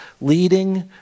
leading